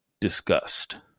disgust